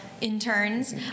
interns